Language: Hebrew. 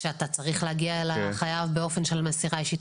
כשאתה צריך להגיע לחייב באופן של מסירה אישית,